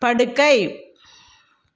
படுக்கை